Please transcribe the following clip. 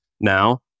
now